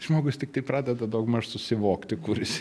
žmogus tiktai pradeda daugmaž susivokti kur jis